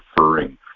referring